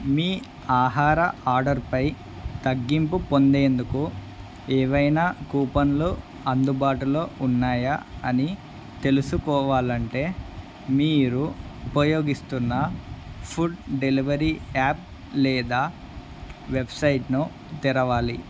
మీ ఆహార ఆర్డర్ పై తగ్గింపు పొందేందుకు ఏవైనా కూపన్లు అందుబాటులో ఉన్నాయా అని తెలుసుకోవాలంటే మీరు ఉపయోగిస్తున్న ఫుడ్ డెలివరీ యాప్ లేదా వెబ్సైట్ను తెరవాలి